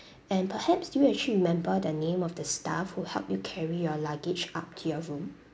and perhaps do you actually remember the name of the staff who helped you carry your luggage up to your room